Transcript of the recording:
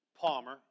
Palmer